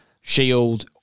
Shield